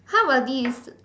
how about this